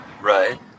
Right